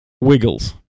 wiggles